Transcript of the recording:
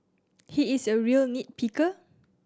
he is a real nit picker